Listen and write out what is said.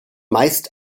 meist